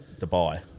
Dubai